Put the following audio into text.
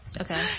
Okay